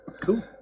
Cool